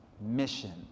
mission